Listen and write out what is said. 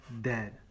dead